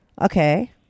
Okay